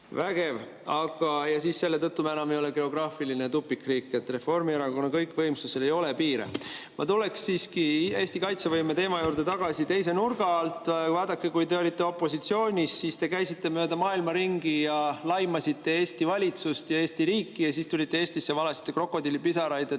Vägev, vägev! Ja siis selle tõttu me enam ei ole geograafiline tupikriik. Reformierakonna kõikvõimsusel ei ole piire! Ma tuleksin siiski Eesti kaitsevõime teema juurde tagasi teise nurga alt. Vaadake, kui te olite opositsioonis, siis te käisite mööda maailma ringi ja laimasite Eesti valitsust ja Eesti riiki ja siis tulite Eestisse ja valasite krokodillipisaraid,